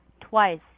Twice